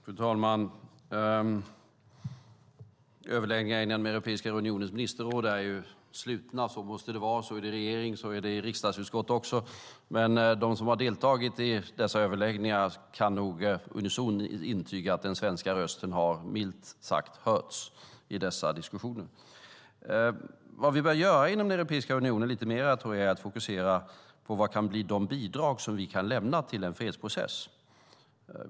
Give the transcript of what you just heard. Fru talman! Överläggningar i Europeiska unionens ministerråd är slutna. Så måste det vara. Så är det i regeringen, och så är det också i riksdagsutskott. De som har deltagit i dessa överläggningar kan nog unisont intyga att den svenska rösten har milt sagt hörts i dessa diskussioner. Vad vi bör göra lite mer i Europeiska unionen är att fokusera på vad som kan bli de bidrag som vi kan lämna till en fredsprocess.